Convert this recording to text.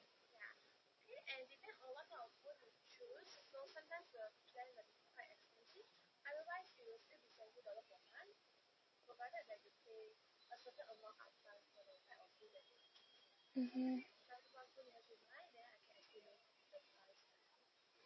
mmhmm